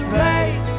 right